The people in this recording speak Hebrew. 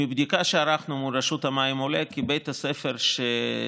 מבדיקה שערכנו מול רשות המים עולה כי בית הספר שדיברת